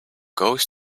goes